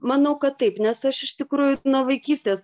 manau kad taip nes aš iš tikrųjų nuo vaikystės